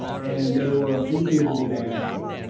and there were a few things that they've asked for.